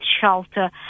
shelter